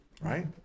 right